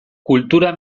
kultura